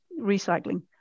recycling